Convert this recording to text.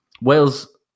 Wales